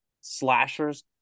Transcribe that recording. slashers